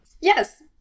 Yes